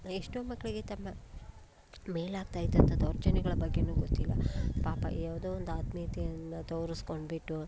ಎಷ್ಟೋ ಮಕ್ಕಳಿಗೆ ತಮ್ಮ ಮೇಲೆ ಅಗ್ತಾ ಇದ್ದಂಥ ದೌರ್ಜನ್ಯಗಳ ಬಗ್ಗೆನೂ ಗೊತ್ತಿಲ್ಲ ಪಾಪ ಯಾವುದೋ ಒಂದು ಆತ್ಮೀಯತೆಯನ್ನು ತೋರಿಸ್ಕೊಂಡ್ಬಿಟ್ಟು